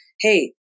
Hey